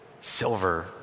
silver